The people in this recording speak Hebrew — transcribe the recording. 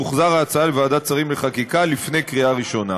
תוחזר ההצעה לוועדת שרים לחקיקה לפני קריאה ראשונה.